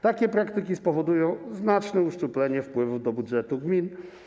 Takie praktyki spowodują znaczne uszczuplenie wpływów do budżetów gmin.